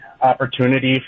opportunity